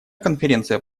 конференция